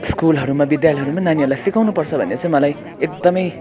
स्कुलहरूमा विद्यालयहरूमा नानीहरूलाई सिकाउनुपर्छ भन्ने चाहिँ मलाई एकदमै